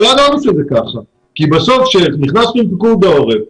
כי בסוף כשנכנסנו עם פיקוד העורף,